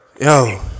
Yo